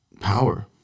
power